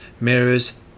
mirrors